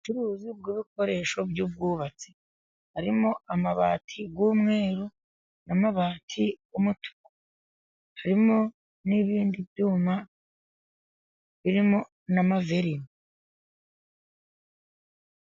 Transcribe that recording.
Ubucuruzi bw'ibikoresho by'ubwubatsi, harimo amabati y'umweru n'amabati y'umutuku, harimo n'ibindi byuma birimo n'amaveri.